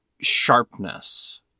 sharpness